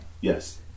Yes